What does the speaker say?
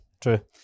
true